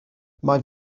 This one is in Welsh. mae